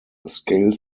scale